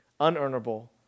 unearnable